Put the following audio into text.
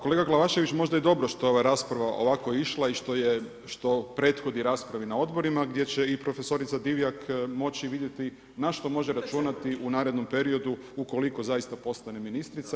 Kolega Glavašević, možda je dobro što je ova rasprava ovako išla i što prethodi raspravi na odborima gdje će i profesorica Divjak moći vidjeti na što može računati u narednom periodu ukoliko zaista postane ministrica.